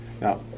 Now